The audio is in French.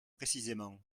précisément